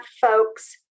folks